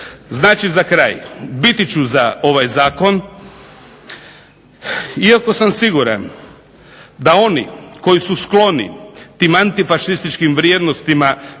Znači za kraj, biti ću za ovaj zakon, iako sam siguran da oni koji su skloni tim antifašističkim vrijednostima